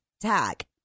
Tag